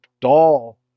doll